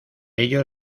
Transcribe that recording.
ello